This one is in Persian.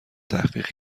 تحقیق